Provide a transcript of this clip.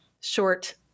short